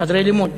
חדרי לימוד.